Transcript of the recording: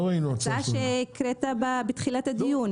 ההצעה שהקראת בתחילת הדיון.